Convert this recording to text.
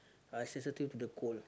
I sensitive to the cold